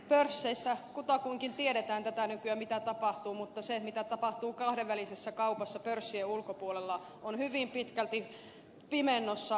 pörsseissä kutakuinkin tiedetään tätä nykyä mitä tapahtuu mutta se mitä tapahtuu kahdenvälisessä kaupassa pörssien ulkopuolella on hyvin pitkälti pimennossa